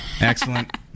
Excellent